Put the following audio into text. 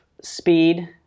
speed